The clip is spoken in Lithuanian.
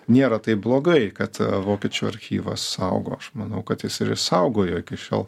nėra taip blogai kad vokiečių archyvas saugo aš manau kad jis ir išsaugojo iki šiol